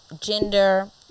gender